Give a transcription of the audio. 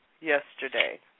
yesterday